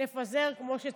לפזר כמו שצריך.